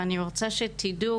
ואני רוצה שתדעו